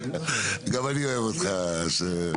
גם אני אוהב אותך נאור.